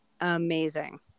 Amazing